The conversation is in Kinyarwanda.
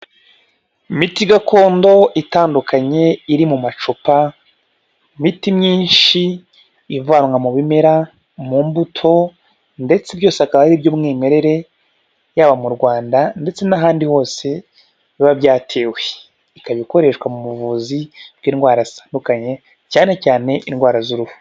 Imiti gakondo itandukanye iri mu macupa, imiti myinshi, ivanwa mu bimera, mu mbuto ndetse byose akaba ari iby'umwimerere, yaba mu Rwanda ndetse n'ahandi hose biba byatewe, ikaba ikoreshwa mu buvuzi bw'indwara zitandukanye, cyane cyane indwara z'uruhu.